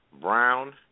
Brown